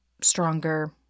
stronger